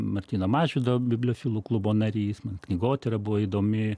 martyno mažvydo bibliofilų klubo narys man knygotyra buvo įdomi